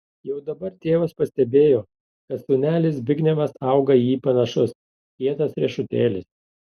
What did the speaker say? jau dabar tėvas pastebėjo kad sūnelis zbignevas auga į jį panašus kietas riešutėlis